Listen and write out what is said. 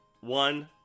one